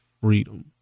freedom